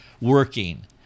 working